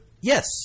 Yes